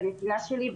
בנתינה שלי,